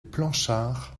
planchards